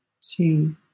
two